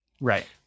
Right